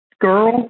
girl